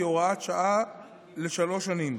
בהוראת שעה לשלוש שנים.